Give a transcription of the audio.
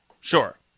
Sure